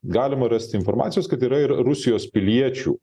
galima rasti informacijos kad yra ir rusijos piliečių